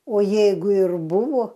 o jeigu ir buvo